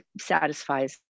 satisfies